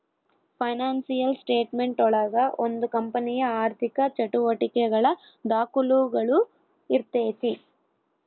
financial statement ಒಳಗ ಒಂದು ಕಂಪನಿಯ ಆರ್ಥಿಕ ಚಟುವಟಿಕೆಗಳ ದಾಖುಲುಗಳು ಇರ್ತೈತಿ